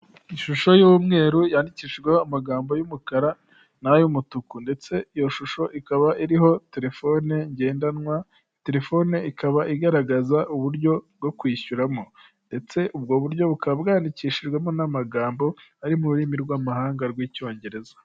Ishusho y'umweru yandikishwa amagambo y'umukara n'ay'umutuku ndetse iyo shusho ikaba iriho telefone ngendanwa, telefone ikaba igaragaza uburyo bwo kwishyuramo ndetse ubwo buryo buba bwandikishijwemo n'amagambo ari mu rurimi rw'amahanga rw'Icyongereza.